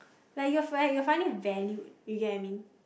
like you fi~ you are finally valued you get what I mean